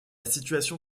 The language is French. situation